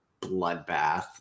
bloodbath